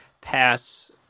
pass